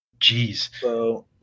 Jeez